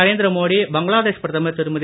நரேந்திர மோடி பங்களாதேஷ் பிரதமர் திருமதி